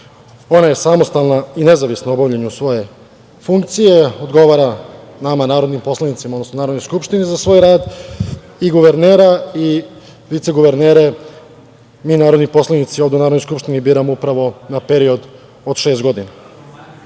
Ona je samostalna i nezavisna u obavljanju svoje funkcije, odgovara nama narodnim poslanicima, odnosno Narodnoj skupštini za svoj rad i guvernera i viceguvernere mi narodni poslanici ovde u Narodnoj skupštini biramo upravo na period od šest godina. Danas